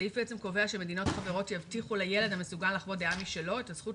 הסעיף קובע שמדינות חברות יבטיחו לילד המסוגל לחוות דעה משלו את הזכות